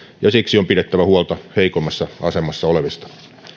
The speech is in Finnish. ja siksi on pidettävä huolta heikommassa asemassa olevista